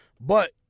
but-